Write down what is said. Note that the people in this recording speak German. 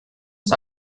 des